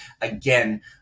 again